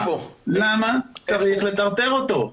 למה צריך לטרטר אותו?